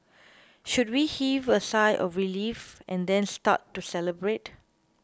should we heave a sigh of relief and then start to celebrate